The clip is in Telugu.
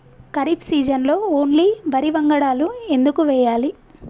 ఖరీఫ్ సీజన్లో ఓన్లీ వరి వంగడాలు ఎందుకు వేయాలి?